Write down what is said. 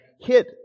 hit